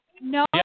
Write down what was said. no